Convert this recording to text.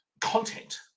content